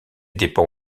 dépend